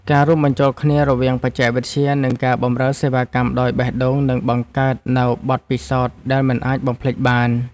ការរួមបញ្ចូលគ្នារវាងបច្ចេកវិទ្យា និងការបម្រើសេវាកម្មដោយបេះដូងនឹងបង្កើតនូវបទពិសោធន៍ដែលមិនអាចបំភ្លេចបាន។